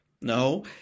No